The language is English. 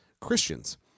Christians